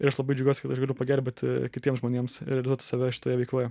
ir aš labai džiaugiuosi kad aš galiu pagelbėti kitiems žmonėms realizuoti save šitoj veikloj